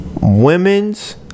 Women's